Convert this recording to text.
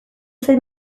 zait